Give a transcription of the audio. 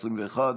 2021,